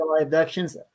abductions